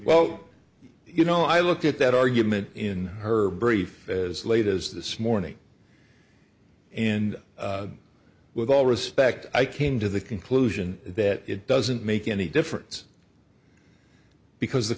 well you know i looked at that argument in her brief as late as this morning and with all respect i came to the conclusion that it doesn't make any difference because